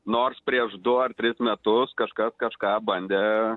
nors prieš du ar tris metus kažkas kažką bandė